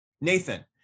Nathan